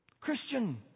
Christian